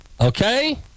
Okay